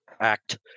act